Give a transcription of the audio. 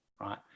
Right